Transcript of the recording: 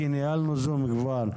כי ניהלנו זום כבר,